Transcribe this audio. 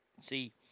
See